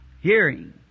hearing